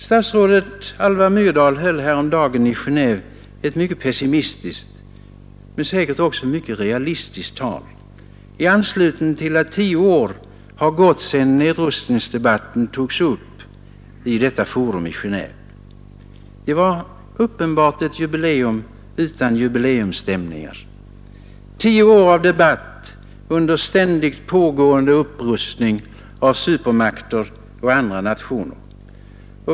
Statsrådet Alva Myrdal höll härom dagen i Geneve ett mycket pessimistiskt men säkert också mycket realistiskt tal i anslutning till att tio år har gått sedan nedrustningsdebatten upptogs i detta forum i Genéve. Det var uppenbarligen ett jubileum utan jubileumsstämningar — tio år av debatt under ständigt pågående upprustning av supermakter och andra nationer.